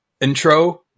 intro